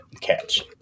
catch